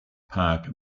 park